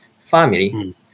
family